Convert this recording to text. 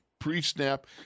pre-snap